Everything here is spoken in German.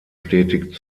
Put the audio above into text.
stetig